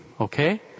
okay